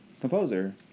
composer